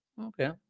Okay